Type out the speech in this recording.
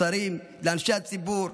לשרים, לאנשי הציבור,